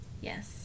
yes